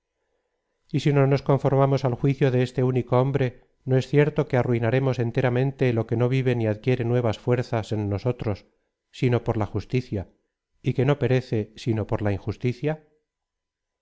si no nos conformamos al juicio de este único hombre no es cierto que arruinaremos enteramente lo que no vive ni adquiere nuevas fuerzas en nosotros sino por la justicia y que no perece sino por la injusticia